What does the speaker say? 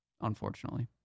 unfortunately